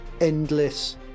endless